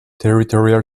territorial